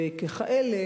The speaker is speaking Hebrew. וככאלה